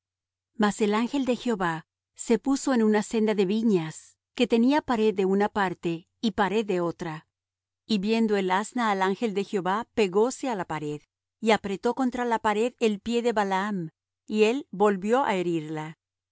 mas el ángel de jehová se puso en una senda de viñas que tenía pared de una parte y pared de otra y viendo el asna al ángel de jehová pegóse á la pared y apretó contra la pared el pie de balaam y él volvió á herirla